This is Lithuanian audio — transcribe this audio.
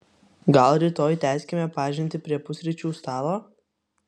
gal rytoj tęskime pažintį prie pusryčių stalo